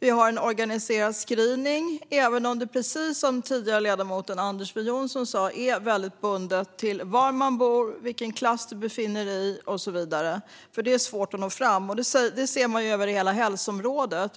Vi har en organiserad screening, även om deltagandet - precis som ledamoten Anders W Jonsson just sa - är väldigt bundet till var man bor, vilken klass man befinner sig i och så vidare. Det är svårt att nå fram, och det ser vi över hela hälsoområdet.